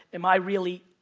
am i really,